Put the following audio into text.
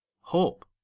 hope